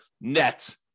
net